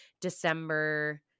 December